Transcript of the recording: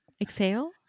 Exhale